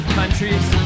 countries